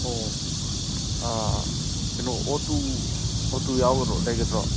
ꯑꯣ ꯀꯩꯅꯣ ꯑꯣꯇꯨ ꯑꯣꯇꯨ ꯌꯥꯎꯒꯗ꯭ꯔꯣ ꯂꯩꯒꯗ꯭ꯔꯣ